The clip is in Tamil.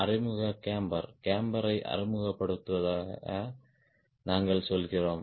அறிமுக கேம்பர் கேம்பரை அறிமுகப்படுத்துவதாக நாங்கள் சொல்கிறோம்